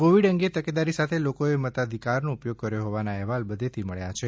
Covid અંગે તકેદારી સાથે લોકોએ મતાધિકારનો ઉપયોગ કર્યો હોવાના અહેવાલ બધે થી મળ્યા છે